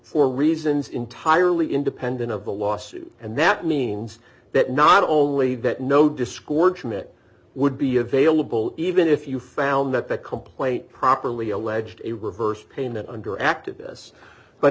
for reasons entirely independent of the lawsuit and that means that not only that no discords from it would be available even if you found that the complaint properly alleged a reverse payment under activist but